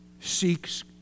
seeks